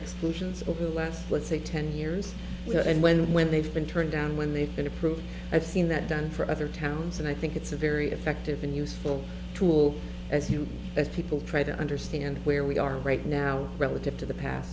exclusions over the last let's say ten years and when when they've been turned down when they've been approved i've seen that done for other towns and i think it's a very effective and useful tool as you as people try to understand where we are right now relative to the pa